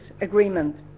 agreement